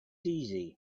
easy